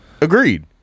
Agreed